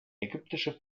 ägyptische